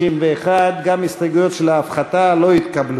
61. גם ההסתייגויות של ההפחתה לא התקבלו.